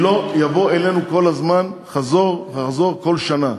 שלא יבואו אלינו כל הזמן חזור וחזור כל שנה.